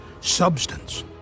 substance